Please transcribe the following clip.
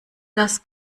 das